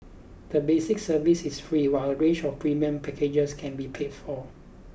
the basic service is free while a range of premium packages can be paid for